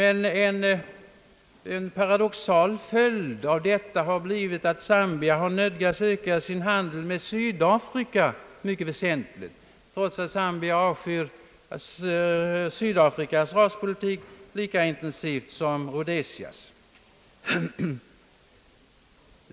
En paradoxal följd av detta har blivit att Zambia nödgats att väsentligt öka sin handel med Sydafrika, trots att Zambia naturligtvis avskyr Sydafrikas raspolitik lika intensivt som Rhodesias.